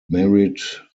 married